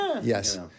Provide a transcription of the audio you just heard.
Yes